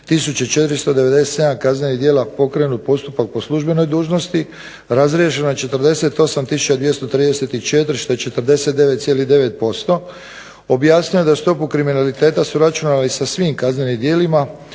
73497 kaznenih djela pokrenut postupak po službenoj dužnosti, razriješeno je 48234 što je 49,9%. Objasnio da su stopu kriminaliteta su računali sa svim kaznenim djelima,